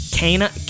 Kana